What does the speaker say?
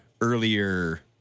earlier